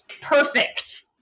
perfect